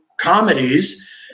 comedies